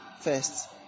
first